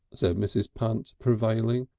said mrs. punt, prevailing.